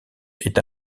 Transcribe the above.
est